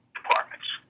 departments